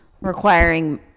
requiring